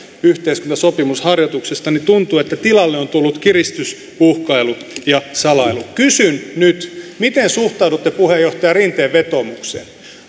yhteiskuntasopimusharjoituksesta tuntuu että tilalle on tullut kiristys uhkailu ja salailu kysyn nyt miten suhtaudutte puheenjohtaja rinteen vetoomukseen